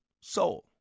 soul